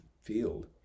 field